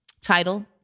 title